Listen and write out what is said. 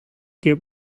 get